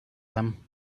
them